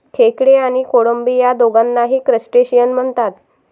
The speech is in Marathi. खेकडे आणि कोळंबी या दोघांनाही क्रस्टेशियन म्हणतात